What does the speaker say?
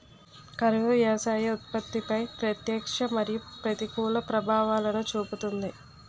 కరువు వ్యవసాయ ఉత్పత్తిపై ప్రత్యక్ష మరియు ప్రతికూల ప్రభావాలను చూపుతుంది